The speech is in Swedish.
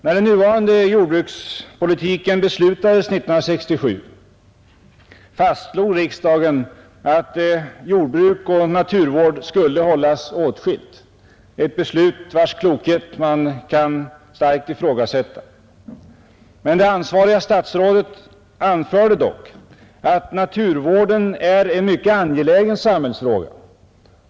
När den nuvarande jordbrukspolitiken beslutades 1967 fastslog riksdagen att jordbruk och naturvård skulle hållas åtskilda, ett beslut vars klokhet man kan starkt ifrågasätta. Det ansvariga statsrådet anförde dock att ”naturvården är en mycket angelägen samhällsfråga”.